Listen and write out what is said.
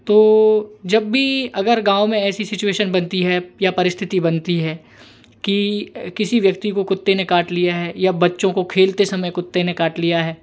तो जब भी अगर गाँव में ऐसी सिचुएशन बनती है या परिस्थिति बनती है कि ए किसी व्यक्ति को कुत्ते ने काट लिया है या बच्चों को खेलते समय कुत्ते ने काट लिया है